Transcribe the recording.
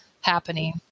happening